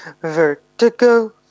Vertigo